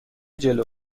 جلو